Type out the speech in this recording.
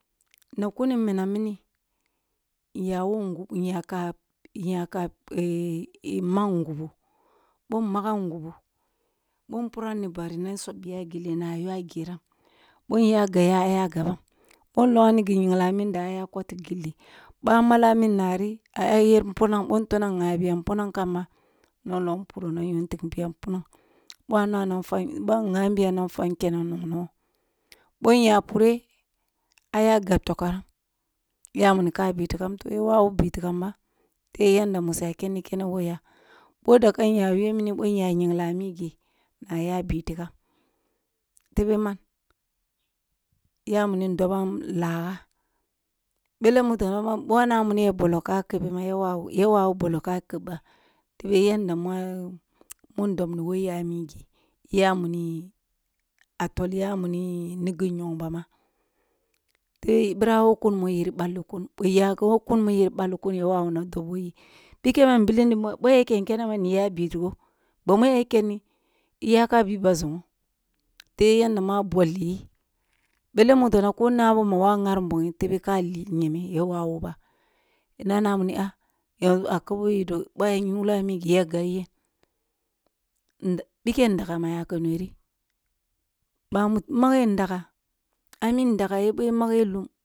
Na kiuni minam mini inyawo ngubu inyaka inyaka mamngh ngubu, boh in magham ngubu boh in logham ni gi nyighli a minda a ya kotti gilli boh a malla minnari a ya yar punam boh ntollam nghabiya punam boh nan am boh nghabiya m na fwa kene nongh nongho boh inya purch a ya gab to kwaram ya wuni ka bitigam toh ya wawu bitigam ba the yanda mu su ken kene wogh ya, boh daga inya yuwe mini boh inya nyigh a migi na aya bitigam tebeh man? Ya wuni ndobam lagha bele mudona boh a nay a bollo ka kabeh ma ya wawu yaw au bolloh ka kebh ba tebe yanda ma mun bobni wo ya a migi ya wuni a tolya ya wuni ni gin yogh ba ma, tebeh ibara who kun mu yiri ballikun boh iyawo kun mu yiri balkun ya wawuna dobh who yi bikem nbilim ni ma boh ya ken kene na uya bitigo, bamu ya kenni iya ka bi ba zongho tebeh yanda ma bolyi bele mudona ko li nyeme ya wawu ba na na wuni ah yanzu a kabbo yi do boh a nyighlo migi ya gabyen? Bikeh ndaga yaka nweri, bamu manghe ndaga a mi n daga ye boh i mageh lum